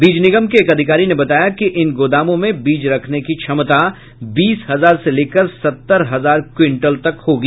बीज निगम के एक अधिकारी ने बताया कि इन गोदामों में बीज रखने की क्षमता बीस हजार से लेकर सत्तर हजार क्विंटल तक होगी